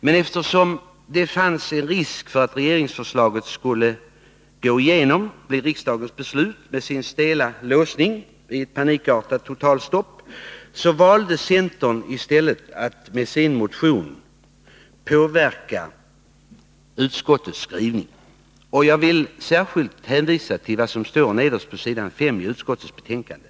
Men eftersom det förelåg risk för att regeringsförslaget med sin stela låsning efter ett panikartat totalstopp skulle gå igenom här i riksdagen, valde centern att med sin motion påverka utskottets skrivning. Jag vill särskilt hänvisa till det som står nederst på s. 5 i utskottets betänkande.